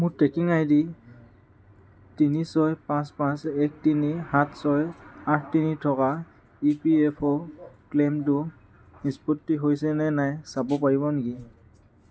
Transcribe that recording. মোৰ tracking ID তিনি ছয় পাঁচ পাঁচ এক তিনি সাত ছয় আঠ তিনি থকা ই পি এফ অ' ক্লেইমটো নিষ্পত্তি হৈছে নে নাই চাব পাৰিব নেকি